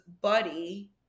buddy